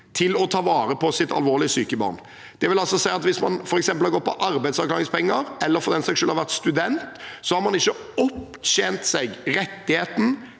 til å ta vare på sitt alvorlig syke barn. Det vil si at hvis man f.eks. har gått på arbeidsavklaringspenger, eller for den saks skyld har vært student, har man ikke opptjent seg rettigheten